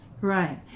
Right